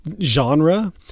genre